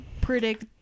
predict